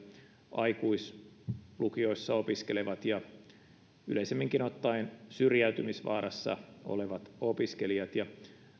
aikuislukioissa opiskelevat ja yleisemmin ottaen syrjäytymisvaarassa olevat opiskelijat ja